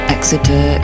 Exeter